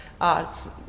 arts